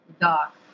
doc